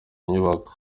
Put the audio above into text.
inyubako